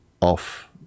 off